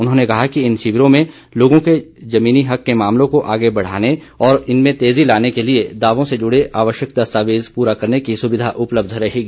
उन्होंने ने कहा कि इन शिविरों में लोगों के जमीनी हक के मामलों को आगे बढ़ाने और इनमें तेजी लाने के लिए दावों से जुड़े आवश्यक दस्तावेज पूरा करने की सुविधा उपलब्ध रहेगी